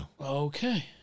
Okay